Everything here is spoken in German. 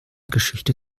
geschichte